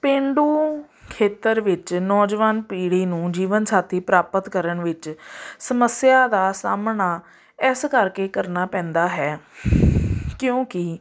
ਪੇਂਡੂ ਖੇਤਰ ਵਿੱਚ ਨੌਜਵਾਨ ਪੀੜ੍ਹੀ ਨੂੰ ਜੀਵਨ ਸਾਥੀ ਪ੍ਰਾਪਤ ਕਰਨ ਵਿੱਚ ਸਮੱਸਿਆ ਦਾ ਸਾਹਮਣਾ ਇਸ ਕਰਕੇ ਕਰਨਾ ਪੈਂਦਾ ਹੈ ਕਿਉਂਕਿ